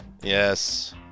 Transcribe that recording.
Yes